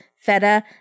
feta